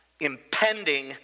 impending